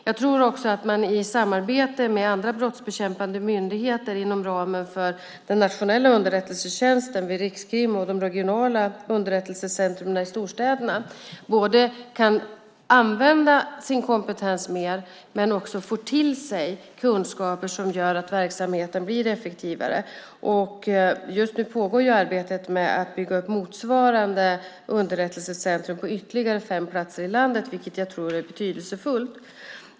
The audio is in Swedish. Jag tror också att man i samarbete med andra brottsbekämpande myndigheter inom ramen för den nationella underrättelsetjänsten vid rikskrim och de regionala underrättelsecentrumen i storstäderna kan använda sin kompetens mer. Men man får också till sig kunskaper som gör att verksamheten blir effektivare. Just nu pågår arbetet med att bygga upp motsvarande underrättelsecentrum på ytterligare fem platser i landet, vilket jag tror är betydelsefullt.